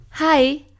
Hi